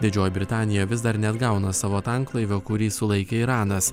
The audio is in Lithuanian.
didžioji britanija vis dar neatgauna savo tanklaivio kurį sulaikė iranas